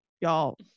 y'all